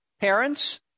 parents